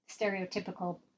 stereotypical